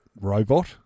robot